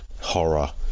horror